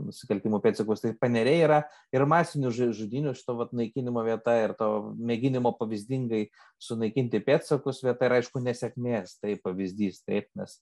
nusikaltimų pėdsakus tai paneriai yra ir masinių ž žudynių vat naikinimo vieta ir to mėginimo pavyzdingai sunaikinti pėdsakus vieta ir aišku nesėkmės tai pavyzdys taip nes